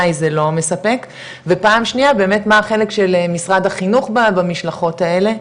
זה לא מספק ופעם שנייה באמת מה החלק של משרד החינוך במשלחות האלה,